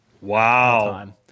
Wow